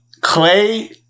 Clay –